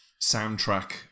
soundtrack